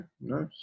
nice